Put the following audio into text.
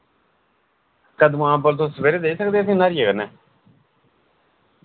कद्दूआं अम्बल तुस सवेरे देई सकदे फ्ही न्हारिये कन्नै